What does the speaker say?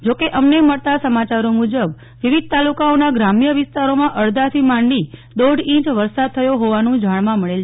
જોકે અમને મળતા સમાચારો મુજબ વિવિધ તાલુકાઓના ગ્રામ્ય વિસ્તારોમાં અડધાથી માંડી દોઢ ઈંચ વરસાદ થયો હોવાનું જાણવા મળે છે